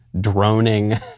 droning